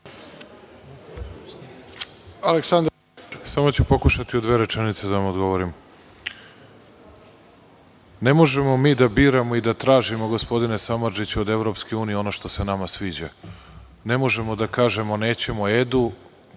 **Aleksandar Vučić** Samo ću pokušati u dve rečenice da vam odgovorim. Ne možemo mi da biramo i da tražimo gospodine Samardžiću od EU ono što se nama sviđa. Ne možemo da kažemo nećemo EDU,